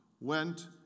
went